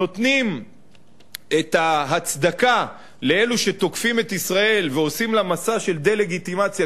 נותנים את ההצדקה לאלו שתוקפים את ישראל ועושים לה מסע של דה-לגיטימציה,